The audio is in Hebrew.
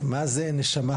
מה זה נשמה,